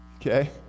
Okay